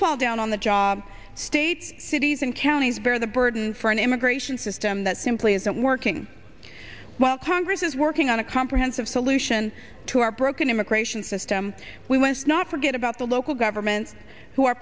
fall down on the job state cities and counties bear the burden for an immigration system that simply isn't working well congress is working on a comprehensive solution to our broken immigration system we went not forget about the local government who are